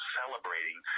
celebrating